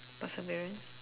perseverance